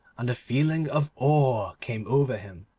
and a feeling of awe came over him.